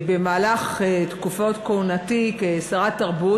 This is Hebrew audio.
במהלך תקופות כהונתי כשרת התרבות,